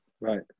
Right